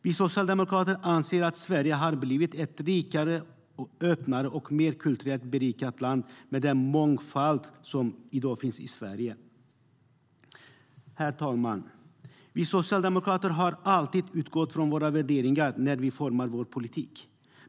Vi socialdemokrater anser att Sverige har blivit ett rikare, öppnare och mer kulturellt berikat land med den mångfald som i dag finns i Sverige.Herr talman! Vi socialdemokrater har alltid utgått från våra värderingar när vi formar vår politik.